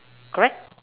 correct